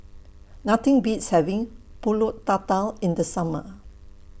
Nothing Beats having Pulut Tatal in The Summer